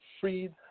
freed